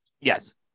yes